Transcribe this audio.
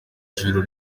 ijoro